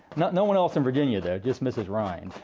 no one else in virginia though, just mrs. rind.